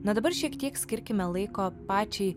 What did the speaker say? na dabar šiek tiek skirkime laiko pačiai